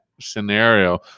scenario